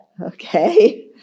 Okay